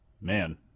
Man